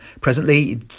presently